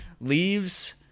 leaves